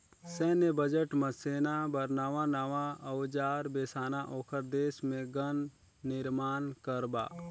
सैन्य बजट म सेना बर नवां नवां अउजार बेसाना, ओखर देश मे गन निरमान करबा